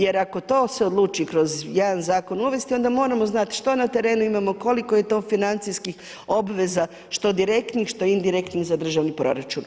Jer ako to se odluči kroz jedan zakon uvesti, onda moramo znati što na terenu imamo, koliko je to financijski obveza što direktnih, što indirektnih za državni proračun.